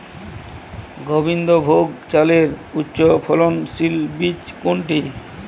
গোবিন্দভোগ চালের উচ্চফলনশীল বীজ কোনটি?